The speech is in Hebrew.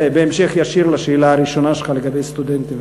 וזה בהמשך ישיר לשאלה הראשונה שלך לגבי סטודנטים,